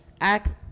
act